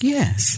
Yes